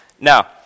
Now